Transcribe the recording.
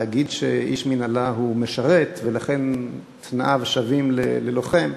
להגיד שאיש מינהלה משרת ולכן תנאיו שווים ללוחם,